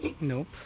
Nope